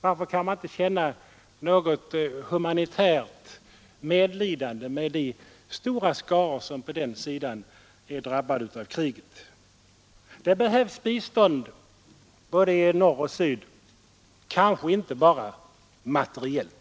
Varför kan man inte känna något humanitärt engagemang för de stora skaror på den andra sidan som också grymt drabbats av kriget? Det behövs bistånd både i norr och syd, kanske inte bara materiellt.